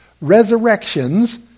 resurrections